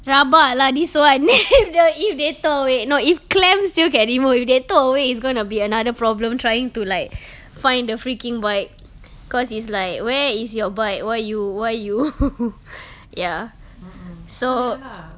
rabak lah this [one] if th~ if they tow away no if clams still can remove if they tow away it's gonna be another problem trying to like find the freaking bike cause it's like where is your bike why you why you ya so